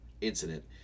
incident